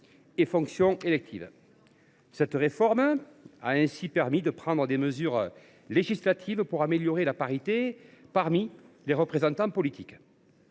et fonctions électives. » Cette réforme a ainsi permis de prendre par la suite des mesures législatives pour améliorer la parité parmi les représentants politiques.